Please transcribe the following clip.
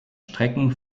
strecken